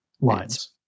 lines